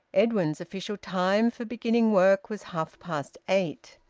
edwin's official time for beginning work was half-past eight.